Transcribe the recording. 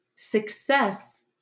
Success